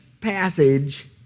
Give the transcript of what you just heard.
passage